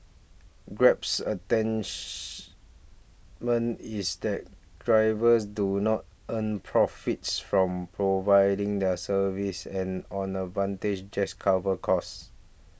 Grab's is that drivers do not earn profits from providing the service and on advantage just covers costs